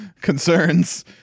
concerns